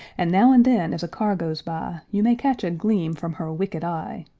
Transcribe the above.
and now and then, as a car goes by, you may catch a gleam from her wicked eye.